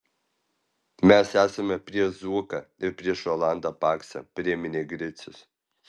mes esame prieš zuoką ir prieš rolandą paksą priminė gricius